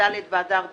כ״ד באדר ב׳,